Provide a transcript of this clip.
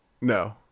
No